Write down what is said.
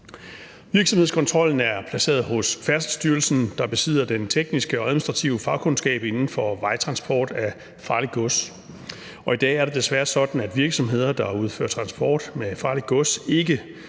Virksomhedskontrollen er placeret hos Færdselsstyrelsen, der besidder den tekniske og administrative fagkundskab inden for vejtransport af farligt gods. I dag er det desværre sådan, at virksomheder, der udfører transport med farligt gods, ikke